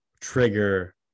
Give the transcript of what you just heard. trigger